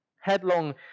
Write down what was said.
headlong